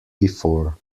before